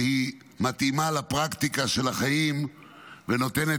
היא מתאימה לפרקטיקה של החיים ונותנת